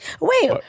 Wait